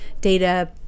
data